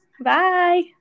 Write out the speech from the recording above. Bye